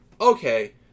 okay